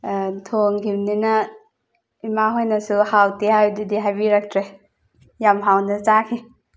ꯊꯣꯡꯈꯤꯕꯅꯤꯅ ꯏꯃꯥ ꯍꯣꯏꯅꯁꯨ ꯍꯥꯎꯇꯦ ꯍꯥꯏꯕꯗꯨꯗꯤ ꯍꯥꯏꯕꯤꯔꯛꯇ꯭ꯔꯦ ꯌꯥꯝ ꯍꯥꯎꯅ ꯆꯥꯈꯤ